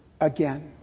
again